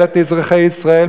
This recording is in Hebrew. אלא את אזרחי ישראל,